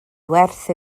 werth